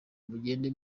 mugende